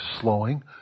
slowing